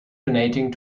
donating